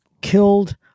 killed